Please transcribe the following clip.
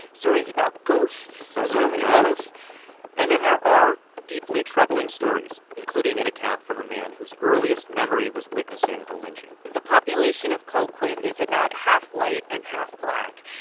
stories about ghosts so many ghosts and then there are deeply troubling stories, including an account from a man whose earliest memory was witnessing a lynching the population of colquitt is about half white and half black.